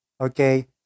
okay